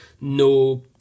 no